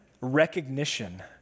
recognition